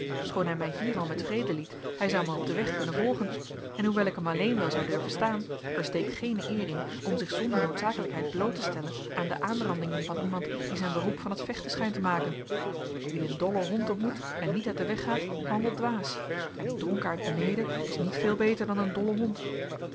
hij mij hier al met vrede liet hij zou mij op den weg kunnen volgen en hoewel ik hem alleen wel zou durven staan er steekt geene eer in om zich zonder noodzakelijkheid bloot te stellen aan de aanrandingen van iemand die zijn beroep van t vechten schijnt te maken wie een dollen hond ontmoet en niet uit den weg gaat handelt dwaas en die dronkaard beneden is niet veel beter dan een dolle hond